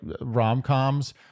rom-coms